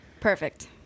Perfect